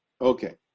Okay